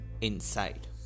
inside